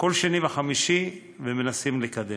כל שני וחמישי, ומנסים לקדם.